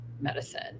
medicine